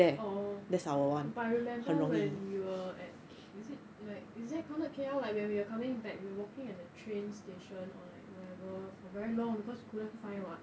oh but I remember when we were at is it like is it counted K_L when we were coming back we were walking in the train station or like whatever for very long cause we couldn't find [what]